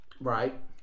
Right